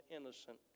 innocent